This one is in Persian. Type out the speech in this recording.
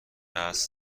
عصر